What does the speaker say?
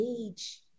age